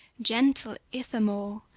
gentle ithamore,